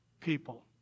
people